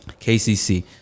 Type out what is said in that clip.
KCC